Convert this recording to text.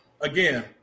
again